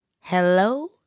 hello